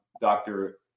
Dr